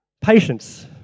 patience